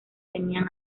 tenían